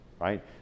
right